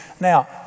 Now